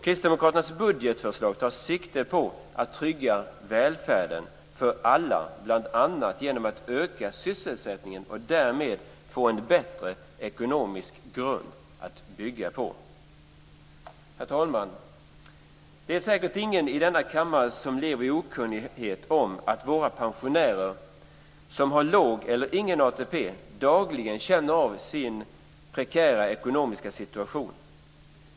Kristdemokraternas budgetförslag tar sikte på att trygga välfärden för alla, bl.a. genom att öka sysselsättningen och därmed få en bättre ekonomisk grund att bygga på. Herr talman! Det är säkert ingen i denna kammare som lever i okunnighet om att våra pensionärer som har låg eller ingen ATP dagligen känner av sin prekära ekonomiska situation.